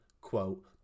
quote